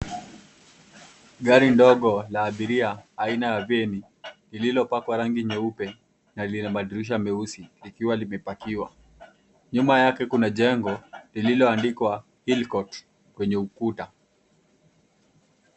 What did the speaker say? Gari ndogo la abiria aina ya veni lililopakwa rangi nyeupe na Lina madirisha meusi likiwa limeparkiwa . Nyuma yake jengo lilioandikwa Hillcourt kwenye ukuta.